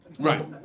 Right